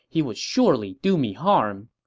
he would surely do me harm.